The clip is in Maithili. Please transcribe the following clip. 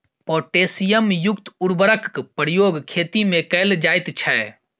पोटैशियम युक्त उर्वरकक प्रयोग खेतीमे कैल जाइत छै